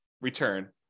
return